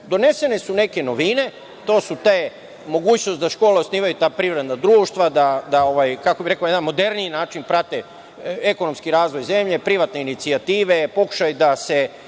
odlučuje. Donesene su neke novine. To su te mogućnosti da škole osnivaju ta privredna društva, da, kako bih rekao, na jedan moderniji način prate ekonomski razvoj zemlje, privatne inicijative, pokušaj da se